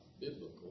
biblical